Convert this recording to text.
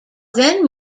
then